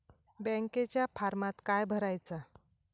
बँकेच्या फारमात काय भरायचा?